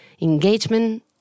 engagement